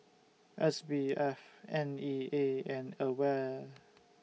S B F N E A and AWARE